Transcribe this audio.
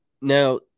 Now